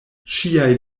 ŝiaj